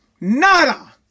Nada